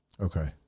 Okay